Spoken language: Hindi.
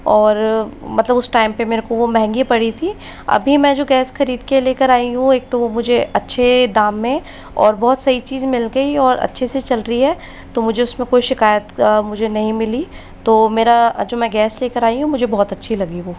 और मतलब उस टाइम पर मेरे को वह महंगे पड़ी थी अभी मैं जो गैस खरीद के लेकर आई हूँ एक तो वो मुझे अच्छे दाम में और बहुत सही चीज मिल गई और अच्छे से चल रही है तो मुझे उसमें कोई शिकायत मुझे नहीं मिली तो मेरा जो मैं गैस लेकर आई हूँ मुझे बहुत अच्छी लगी वह